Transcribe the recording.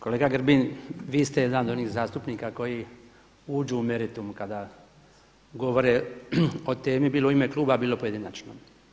Kolega Grbin vi ste jedan od onih zastupnika koji uđu u meritum kada govore o temi bilo u ime kluba, bilo pojedinačno.